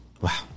wow